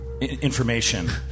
information